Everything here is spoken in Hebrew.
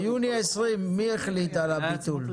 ביוני 2020, מי החליט על הביטול?